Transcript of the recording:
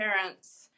parents